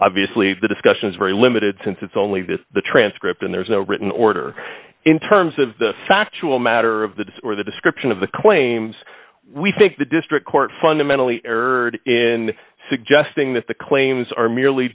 obviously the discussion is very limited since it's only that the transcript and there's no written order in terms of the factual matter of the disc or the description of the claims we think the district court fundamentally errored in suggesting that the claims are merely